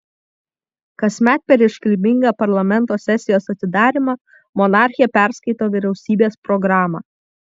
kasmet per iškilmingą parlamento sesijos atidarymą monarchė perskaito vyriausybės programą